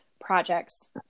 projects